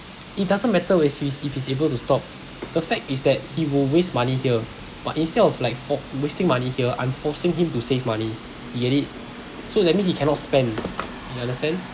it doesn't matter if he's if he's able to stop the fact is that he will waste money here but instead of like fo~ wasting money here I'm forcing him to save money you get it so that means he cannot spend you understand